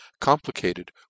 complicated